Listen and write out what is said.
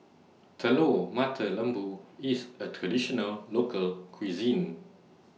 Telur Mata Lembu IS A Traditional Local Cuisine